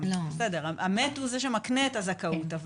המת הוא זה שמקנה את הזכאות.